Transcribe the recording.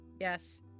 yes